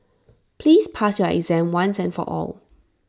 please pass your exam once and for all